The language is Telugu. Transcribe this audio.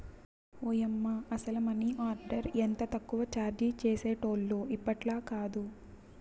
ఓయమ్మ, అసల మనీ ఆర్డర్ ఎంత తక్కువ చార్జీ చేసేటోల్లో ఇప్పట్లాకాదు